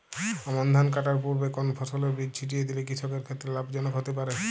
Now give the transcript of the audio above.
আমন ধান কাটার পূর্বে কোন ফসলের বীজ ছিটিয়ে দিলে কৃষকের ক্ষেত্রে লাভজনক হতে পারে?